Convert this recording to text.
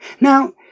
Now